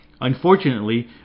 Unfortunately